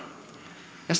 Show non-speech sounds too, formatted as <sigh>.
ja <unintelligible>